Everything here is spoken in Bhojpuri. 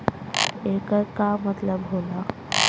येकर का मतलब होला?